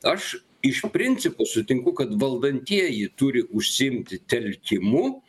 aš iš principo sutinku kad valdantieji turi užsiimti telkimu